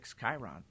Chiron